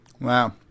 Wow